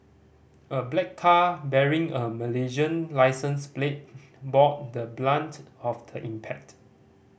a black car bearing a Malaysian licence plate bore the brunt of the impact